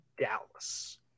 Dallas